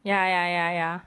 ya ya ya ya